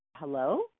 Hello